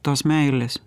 tos meilės